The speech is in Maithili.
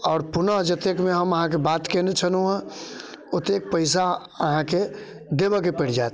आओर पुनः जतेकमे हम अहाँके बात केने छलहुँवें ओतेक पैसा अहाँके देबैके पड़ि जायत